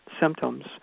symptoms